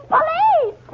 Police